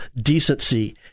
decency